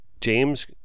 James